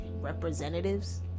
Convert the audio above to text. Representatives